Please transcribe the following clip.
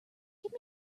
give